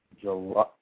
July